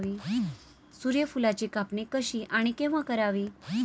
सूर्यफुलाची कापणी कशी आणि केव्हा करावी?